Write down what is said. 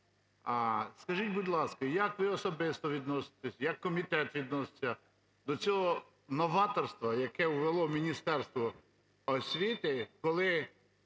Скажіть, будь ласка, як ви особисто відноситесь, як комітет відноситься до цього новаторства, яке ввело Міністерство освіти, коли